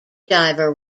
diver